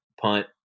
punt